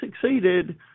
succeeded